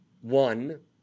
one